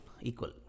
equal